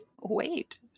Wait